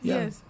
Yes